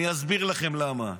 אני אסביר לכם למה.